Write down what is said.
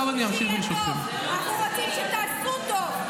אנחנו לא רוצים שתקוו שיהיה טוב,